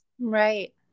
Right